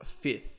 fifth